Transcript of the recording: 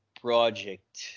project